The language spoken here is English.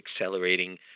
accelerating